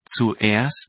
Zuerst